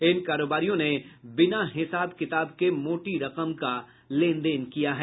इन कारोबारियों ने बिना हिसाब के मोटी रकम का लेनदेन किया है